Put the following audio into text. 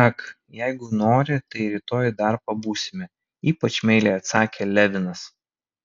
ak jeigu nori tai rytoj dar pabūsime ypač meiliai atsakė levinas